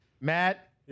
Matt